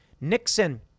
Nixon